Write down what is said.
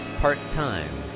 part-time